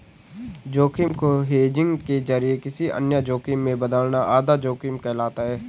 जोखिम को हेजिंग के जरिए किसी अन्य जोखिम में बदलना आधा जोखिम कहलाता है